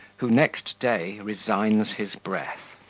who next day resigns his breath,